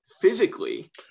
physically